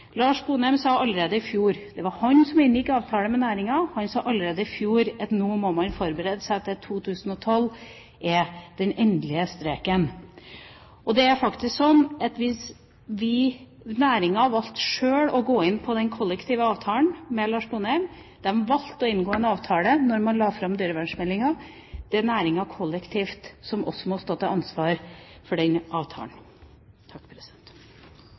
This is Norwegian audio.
Det var Lars Sponheim som inngikk avtale med næringen. Han sa allerede i fjor at nå må man forberede seg til at 2012 er den endelige streken. Og det er faktisk sånn at næringen sjøl valgte å gå inn på den kollektive avtalen med Lars Sponheim, de valgte å inngå en avtale da man la fram dyrevernmeldingen. Det er næringen kollektivt som også må stå til ansvar for den avtalen.